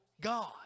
God